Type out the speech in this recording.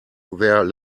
there